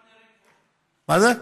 ואללה?